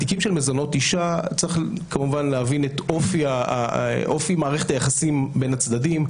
בתיקים של מזונות אישה צריך להבין את אופי מערכת היחסים בין הצדדים,